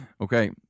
Okay